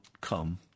come